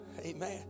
Amen